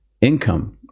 income